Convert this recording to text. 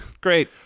Great